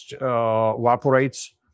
evaporates